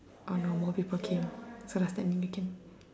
oh no more people came so does that mean we can